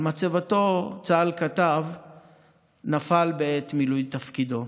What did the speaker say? על מצבתו צה"ל כתב "נפל בעת מילוי תפקידו",